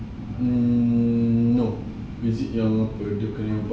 mm no is it yang apa dia kena buat extra